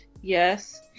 yes